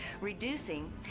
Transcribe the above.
reducing